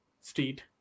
street